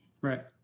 Right